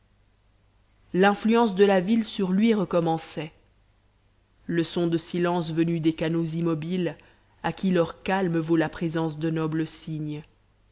l'influence de la ville sur lui recommençait leçon de silence venue des canaux immobiles à qui leur calme vaut la présence de nobles cygnes